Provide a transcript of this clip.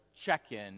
check-in